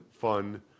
fun